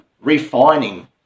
refining